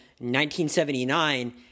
1979